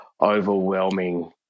overwhelming